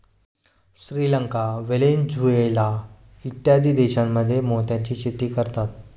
Sri Lanka, Venezuela इत्यादी देशांमध्येही मोत्याची शेती करतात